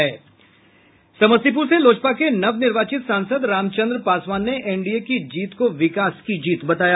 समस्तीपूर से लोजपा के नवनिर्वाचित सांसद रामचन्द्र पासवान ने एनडीए की जीत को विकास की जीत बताया